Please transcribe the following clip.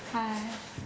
I